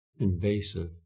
invasive